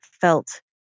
felt